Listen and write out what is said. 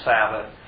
Sabbath